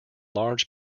large